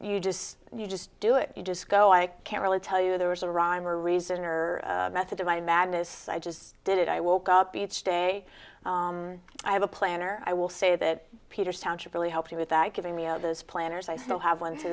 you just you just do it you just go i can't really tell you there was a rhyme or reason or method to my madness i just did it i woke up each day i have a plan or i will say that peters township really helped me with that giving me of those planners i still have one to